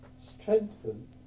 strengthen